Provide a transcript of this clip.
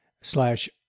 slash